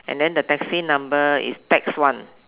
and then the taxi number is tax one